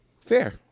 Fair